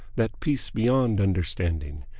that peace beyond understanding,